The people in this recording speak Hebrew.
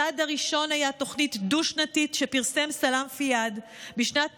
הצעד הראשון היה תוכנית דו-שנתית שפרסם סלאם פיאד בשנת